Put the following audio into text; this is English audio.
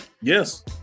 Yes